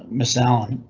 miss allen,